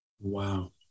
Wow